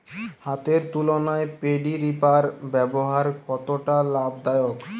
হাতের তুলনায় paddy reaper ব্যবহার কতটা লাভদায়ক?